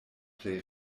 plej